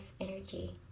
energy